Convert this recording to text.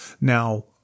Now